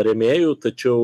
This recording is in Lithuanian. rėmėjų tačiau